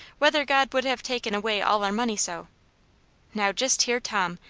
whether god would have taken away all our money so now, just hear tom!